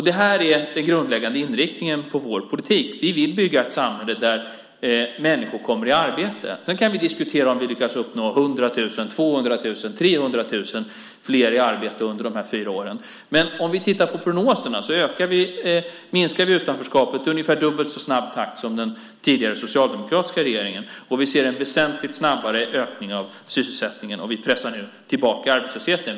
Det här är den grundläggande inriktningen på vår politik. Vi vill bygga ett samhälle där människor kommer i arbete. Sedan kan vi diskutera om vi lyckas uppnå 100 000, 200 000 eller 300 000 fler i arbete under dessa fyra år, men prognoserna visar att vi minskar utanförskapet i ungefär dubbelt så snabb takt som den tidigare socialdemokratiska regeringen. Vi ser också en väsentligt snabbare ökning av sysselsättningen, och vi pressar tillbaka arbetslösheten.